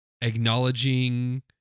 acknowledging